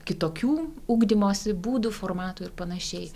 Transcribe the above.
kitokių ugdymosi būdų formatų ir panašiai